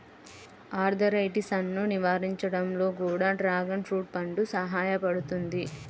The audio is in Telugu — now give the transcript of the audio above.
ఆర్థరైటిసన్ను నివారించడంలో కూడా డ్రాగన్ ఫ్రూట్ పండు సహాయపడుతుంది